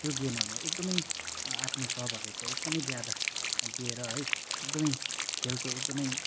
त्यो गेमहरूमा एकदमै आफ्नो सहभागिता एकदमै ज्यादा दिएर है एकदमै खेलको एकदमै